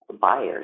buyers